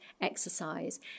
exercise